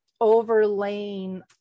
overlaying